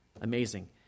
Amazing